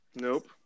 Nope